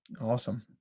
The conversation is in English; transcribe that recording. Awesome